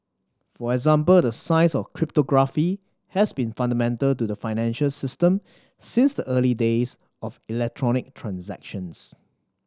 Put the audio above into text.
for example the science of cryptography has been fundamental to the financial system since the early days of electronic transactions